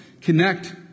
Connect